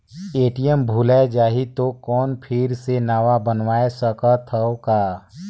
ATM भुलाये जाही तो कौन फिर से नवा बनवाय सकत हो का?